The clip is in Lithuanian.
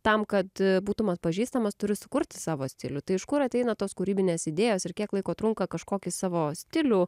tam kad būtum atpažįstamas turi sukurti savo stilių tai iš kur ateina tos kūrybinės idėjos ir kiek laiko trunka kažkokį savo stilių